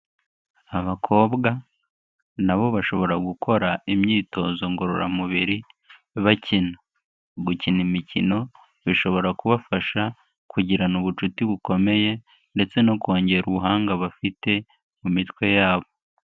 Abakobwa na bo bashobora gukora imyitozo ngororamubiri bakina. Gukina imikino bishobora kubafasha kugirana ubucuti bukomeye ndetse no kongera ubuhanga bafite mu mitwe yabo.